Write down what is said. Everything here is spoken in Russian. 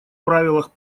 правилах